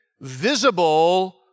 visible